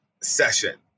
session